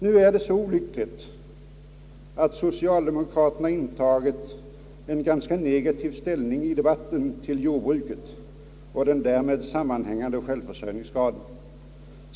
Nu är det så olyckligt att socialdemokraterna i debatten har intagit en ganska negativ ställning till jordbruket och den därmed sammanhängande självförsörjningsgraden.